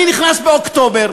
אני נכנס באוקטובר,